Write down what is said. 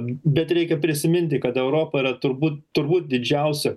bet reikia prisiminti kad europa yra turbūt turbūt didžiausia